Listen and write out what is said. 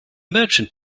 merchant